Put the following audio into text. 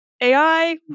AI